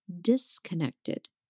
disconnected